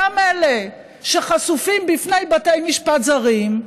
אלה שחשופים בפני בתי משפט זרים,